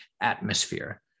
atmosphere